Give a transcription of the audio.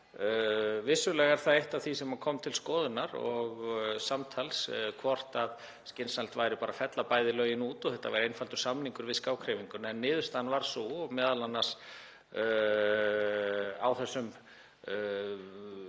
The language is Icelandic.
Vissulega er það eitt af því sem kom til skoðunar og samtals, hvort skynsamlegt væri að fella bæði lögin út og þetta væri einfaldur samningur við skákhreyfinguna en niðurstaðan varð sú, m.a. á þessum